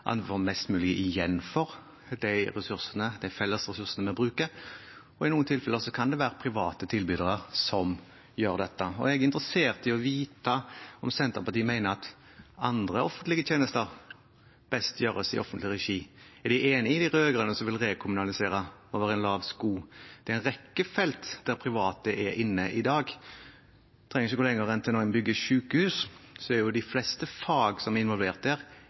en får mest mulig igjen for de felles ressursene vi bruker. I noen tilfeller kan det være private tilbydere som gjør dette. Jeg er interessert i å vite om Senterpartiet mener at andre offentlige tjenester best gjøres i offentlig regi. Er de enig med de rød-grønne, som vil rekommunalisere over en lav sko? Det er en rekke felt der private er inne i dag. En trenger ikke gå lenger enn til når en bygger sykehus. De fleste fag som er involvert der,